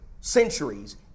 centuries